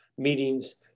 meetings